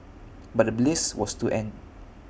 but the bliss was to end